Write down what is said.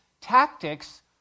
tactics